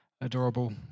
Adorable